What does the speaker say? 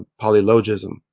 polylogism